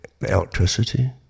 electricity